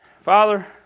Father